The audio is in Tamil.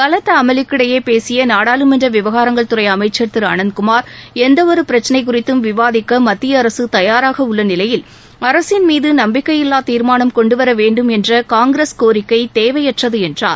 பலத்த அமளிக்கிடையே பேசிய நாடாளுமன்ற விவகாரங்கள் துறை அமைச்சர் திரு அனந்த் குமார் எந்தவொரு பிரச்சினை குறித்தும் விவாதிக்க மத்திய அரசு தயாராக உள்ள நிலையில் அரசின் மீது நம்பிக்கையில்லா தீர்மானம் கொண்டுவர வேண்டும் என்ற காங்கிரஸ் கோரிக்கை தேவையற்றது என்றார்